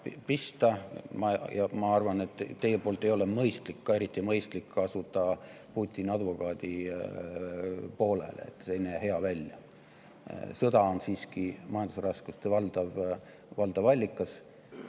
Ma arvan, et teie poolt ei ole eriti mõistlik asuda Putini advokaadi poolele. See ei näe hea välja. Sõda on siiski majandusraskuste valdav allikas.